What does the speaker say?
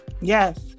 Yes